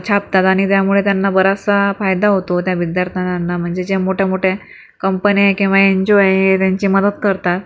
छापतात आणि त्यामुळे त्यांना बराचसा फायदा होतो त्या विद्यार्थ्यांना म्हणजे ज्या मोठ्यामोठ्या कंपन्या किंवा एन जी ओ आहे त्यांची मदत करतात